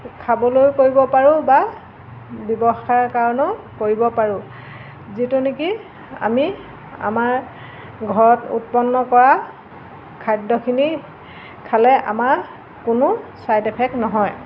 খাবলৈও কৰিব পাৰোঁ বা ব্যৱসায় কাৰণেও কৰিব পাৰোঁ যিটো নেকি আমি আমাৰ ঘৰত উৎপন্ন কৰা খাদ্যখিনি খালে আমাৰ কোনো ছাইড এফেক্ট নহয়